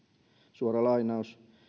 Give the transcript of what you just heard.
suora lainaus